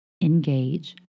engage